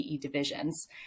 divisions